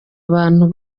abantu